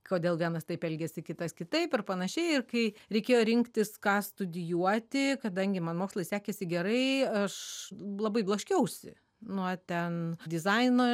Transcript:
kodėl vienas taip elgiasi kitas kitaip ir panašiai ir kai reikėjo rinktis ką studijuoti kadangi man mokslai sekėsi gerai aš labai blaškiausi nuo ten dizaino